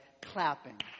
clapping